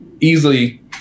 easily